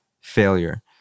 failure